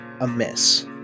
amiss